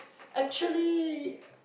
actually